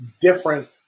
different